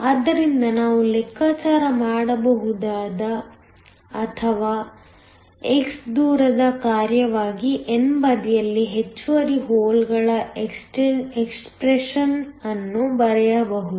ಆದ್ದರಿಂದ ನಾವು ಲೆಕ್ಕಾಚಾರ ಮಾಡಬಹುದು ಅಥವಾ x ದೂರದ ಕಾರ್ಯವಾಗಿ n ಬದಿಯಲ್ಲಿ ಹೆಚ್ಚುವರಿ ಹೋಲ್ಗಳ ಎಕ್ಸ್ಪ್ರೆಶನ್ ಅನ್ನು ಬರೆಯಬಹುದು